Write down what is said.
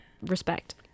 Respect